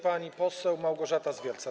Pani poseł Małgorzata Zwiercan.